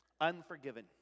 unforgiven